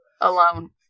alone